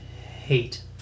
hate